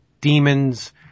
Demons